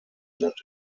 sind